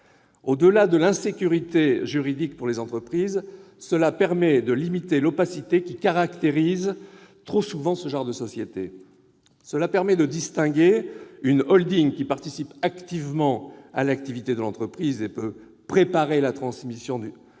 au-delà de l'insécurité juridique pour les entreprises, l'opacité qui caractérise trop souvent ce genre de sociétés. Cela permet également de distinguer une qui participe activement à l'activité de l'entreprise et peut préparer la transmission d'une